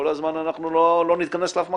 כל הזמן אנחנו לא נתכנס לאף מקום.